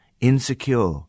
insecure